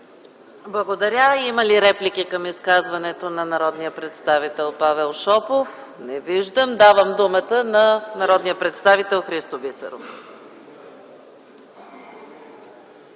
Благодаря. Има ли реплики към изказването на народния представител Павел Шопов? Не виждам. Давам думата на народния представител Христо Бисеров.